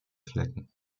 flecken